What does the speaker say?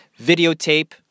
videotape